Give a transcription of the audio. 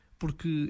porque